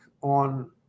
on